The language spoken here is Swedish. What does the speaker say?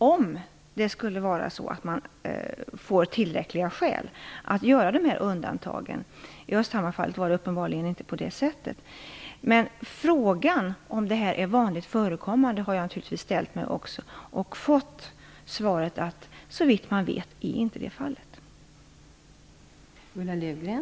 Om tillräckliga skäl finns har Vägverket möjlighet att göra undantag. I Östhammarsfallet var det uppenbarligen inte på det sättet. Men frågan om detta är vanligt förekommande har naturligtvis också jag ställt mig och fått svaret att såvitt man vet är inte detta fallet.